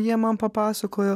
jie man papasakojo